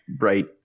Right